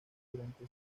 durante